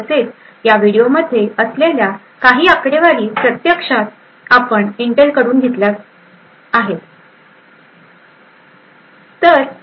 तसेच या व्हिडिओमध्ये असलेल्या काही आकडेवारी प्रत्यक्षात इंटेल कडून घेतल्या गेल्या आहेत